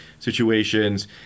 situations